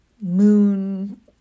moon